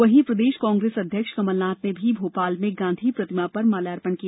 वहीं प्रदेश कांग्रेस अध्यक्ष कमलनाथ ने भी भोपाल में गांधी प्रतिमा पर माल्यार्पण किया